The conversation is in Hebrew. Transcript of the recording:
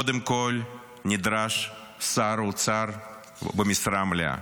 קודם כול נדרש שר אוצר במשרה מלאה,